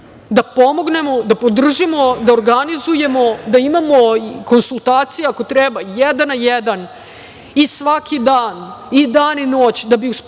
da pomognemo i da podržimo, da organizujemo i da imamo konsultacije ako treba jedan na jedan, i svaki dan, i dan i noć, da bi napravili